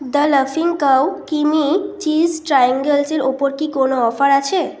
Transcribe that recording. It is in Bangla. দা লাফিং কাউ ক্রিমি চিজ ট্রাইয়াঙ্গেলসের ওপর কি কোনো অফার আছে